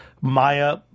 Maya